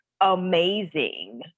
amazing